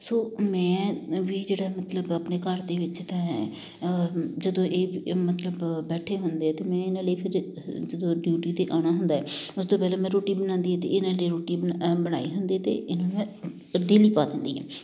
ਸੋ ਮੈਂ ਅ ਵੀ ਜਿਹੜਾ ਮਤਲਬ ਆਪਣੇ ਘਰ ਦੇ ਵਿੱਚ ਤਾਂ ਹੈ ਜਦੋਂ ਇਹ ਮਤਲਬ ਬੈਠੇ ਹੁੰਦੇ ਹੈ ਅਤੇ ਮੈਂ ਇਹਨਾਂ ਲਈ ਫਿਰ ਜ ਜਦੋਂ ਡਿਊਟੀ 'ਤੇ ਆਉਣਾ ਹੁੰਦਾ ਹੈ ਉਸ ਤੋਂ ਪਹਿਲਾਂ ਮੈਂ ਰੋਟੀ ਬਣਾਉਂਦੀ ਹਾਂ ਅਤੇ ਇਹਨਾਂ ਲਈ ਰੋਟੀ ਬਣਾ ਅ ਬਣਾਈ ਹੁੰਦੀ ਹੈ ਅਤੇ ਇਹਨਾਂ ਨੂੰ ਅੱਧੀ ਲੀ ਪਾ ਦਿੰਦੀ ਆ